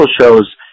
shows